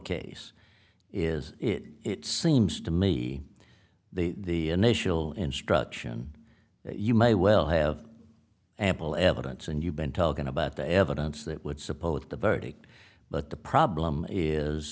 case is it seems to me the initial instruction you may well have ample evidence and you've been talking about the evidence that would suppose the verdict but the problem is